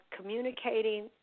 communicating